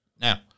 Now